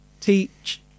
teach